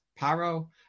Paro